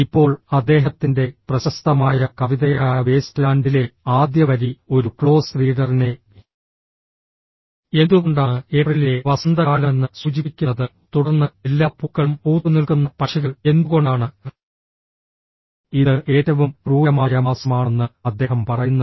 ഇപ്പോൾ അദ്ദേഹത്തിന്റെ പ്രശസ്തമായ കവിതയായ വേസ്റ്റ്ലാൻഡിലെ ആദ്യ വരി ഒരു ക്ലോസ് റീഡറിനെ എന്തുകൊണ്ടാണ് ഏപ്രിലിലെ വസന്തകാലമെന്ന് സൂചിപ്പിക്കുന്നത് തുടർന്ന് എല്ലാ പൂക്കളും പൂത്തുനിൽക്കുന്ന പക്ഷികൾ എന്തുകൊണ്ടാണ് ഇത് ഏറ്റവും ക്രൂരമായ മാസമാണെന്ന് അദ്ദേഹം പറയുന്നത്